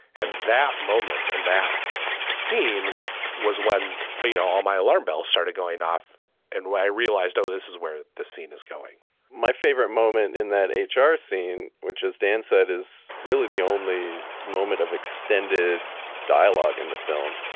and that moment and that scene was when you know all my alarm bells started going off and when i realized, oh, this is where the scene is going my favorite moment in that h r. scene, which, as dan said, is really the only moment of extended dialogue in the film,